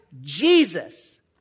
Jesus